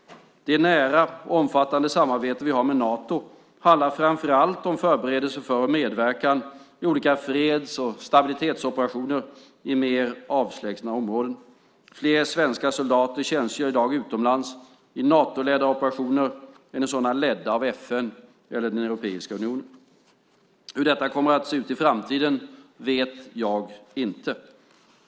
Det nära och omfattande samarbete vi har med Nato handlar framför allt om förberedelser för och medverkan i olika freds och stabilitetsoperationer i mer avlägsna områden. Fler svenska soldater tjänstgör i dag utomlands i Natoledda operationer än i sådana ledda av FN eller Europeiska unionen. Hur detta kommer att se ut i framtiden vet jag inte.